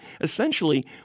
essentially